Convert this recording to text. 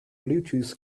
bluetooth